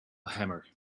hammer